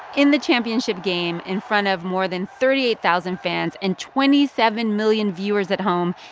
in the championship game, in front of more than thirty eight thousand fans and twenty seven million viewers at home,